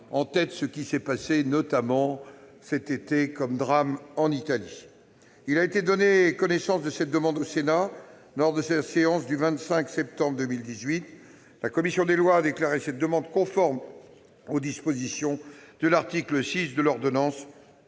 en tête le drame qui s'est déroulé cet été en Italie. Il a été donné connaissance de cette demande au Sénat, lors de sa séance du mardi 25 septembre 2018. La commission des lois a déclaré cette demande conforme aux dispositions de l'article 6 de l'ordonnance